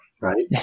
right